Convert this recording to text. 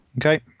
Okay